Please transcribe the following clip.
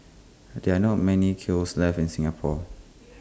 there are not many kilns left in Singapore